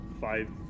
Five